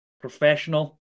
Professional